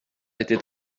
était